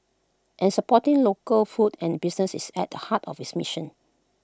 and supporting local food and businesses is at the heart of its mission